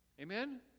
Amen